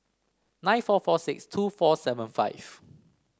nine four four six two four seven five